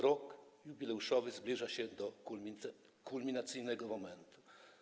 Rok jubileuszowy zbliża się do kulminacyjnego momentu.